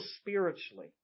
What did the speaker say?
spiritually